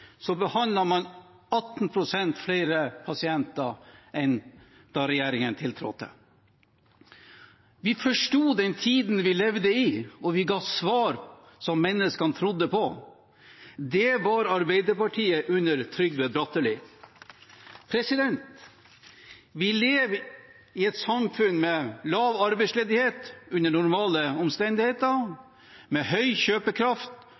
man 18 pst. flere pasienter enn da regjeringen tiltrådte. «Vi forsto tida vi levde i, og ga svar som menneskene trodde på» – det var Arbeiderpartiet under Trygve Bratteli. Vi lever i et samfunn med lav arbeidsledighet under normale omstendigheter, med høy kjøpekraft